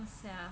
ya